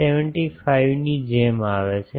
75 ની જેમ આવે છે